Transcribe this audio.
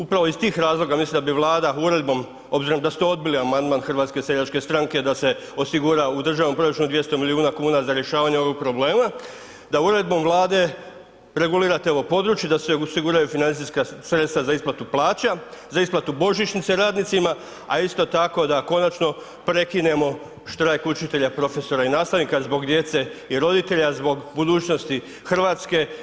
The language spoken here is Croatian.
Upravo iz tih razloga mislim da vi Vlada uredbom obzirom da ste odbili amandman HSS-a da se osigura u državnom proračunu 200 milijuna kuna za rješavanje ovog problema, da uredbom Vlade regulirate ovo područje da se osiguraju financijska sredstva za isplatu plaća, za isplatu božićnice radnicima, a isto tako da konačno prekinemo štrajk učitelja, profesora i nastavnika zbog djece i roditelja, zbog budućnosti Hrvatske.